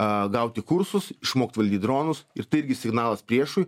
a gauti kursus išmokt valdyt dronus ir tai irgi signalas priešui